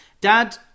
Dad